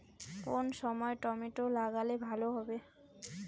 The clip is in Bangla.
কোন সময় টমেটো লাগালে ভালো হবে?